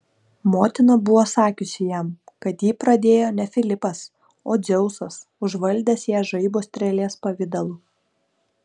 motina buvo sakiusi jam kad jį pradėjo ne filipas o dzeusas užvaldęs ją žaibo strėlės pavidalu